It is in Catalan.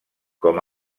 com